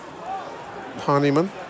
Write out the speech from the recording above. honeyman